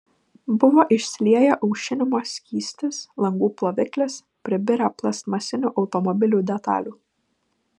buvo išsilieję aušinimo skystis langų ploviklis pribirę plastmasinių automobilių detalių